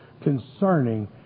concerning